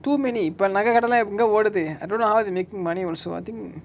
too many இப்ப நக கடலா எங்க ஓடுது:ippa naka kadala enga oduthu I don't know how they making money also I think